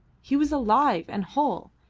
he was alive and whole,